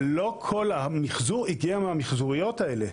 אבל לא כל המחזור הגיע מהמחזוריות האלה.